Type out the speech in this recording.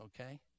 Okay